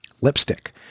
Lipstick